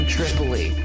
Tripoli